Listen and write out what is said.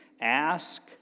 Ask